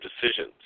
decisions